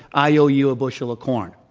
i owe you a bushel of corn.